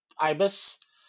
Ibis